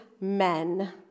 men